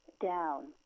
down